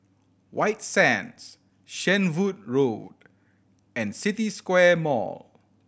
White Sands Shenvood Road and City Square Mall